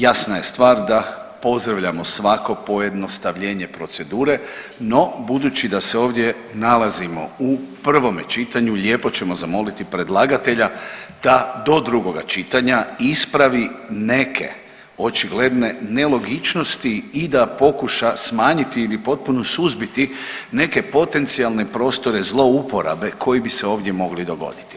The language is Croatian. Jasna je stvar da pozdravljamo svako pojednostavljenje procedure, no budući da se ovdje nalazimo u prvome čitanju lijepo ćemo zamoliti predlagatelja da do drugoga čitanja ispravi neke očigledne nelogičnosti i da pokuša smanjiti ili potpuno suzbiti neke potencijalne prostore zlouporabe koji bi se ovdje mogli dogoditi.